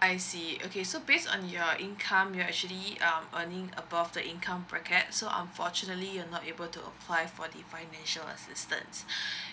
I see okay so based on your income you're actually um earning above the income bracket so unfortunately you're not able to apply for the financial assistance